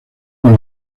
con